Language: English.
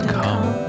come